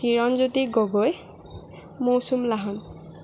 Kiranjyoti Gogoi Mousum Lahon